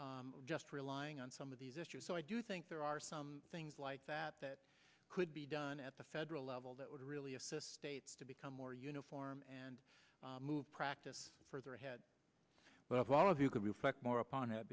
than just relying on some of these issues so i do think there are some things like that that could be done at the federal level that would really assist states to become more uniform and move practice further ahead of all of you could reflect more upon